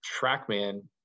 TrackMan